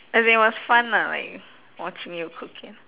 as in it was fun lah like watching you cooking